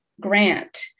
grant